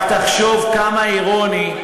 רק תחשוב כמה אירוני,